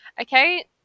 Okay